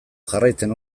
jarraitzen